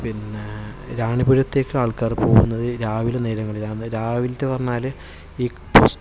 പിന്നെ റാണിപുരത്തേക്ക് ആൾക്കാര് പോകുന്നത് രാവിലെ നേരങ്ങളിലാണ് രാവിലത്തെ വന്നാല്